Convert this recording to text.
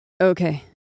Okay